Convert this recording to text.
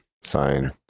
Sign